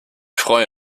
freue